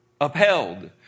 upheld